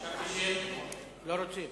חשבתי שלא רוצים.